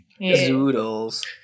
zoodles